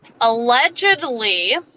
allegedly